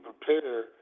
prepare